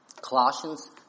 Colossians